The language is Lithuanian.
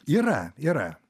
yra yra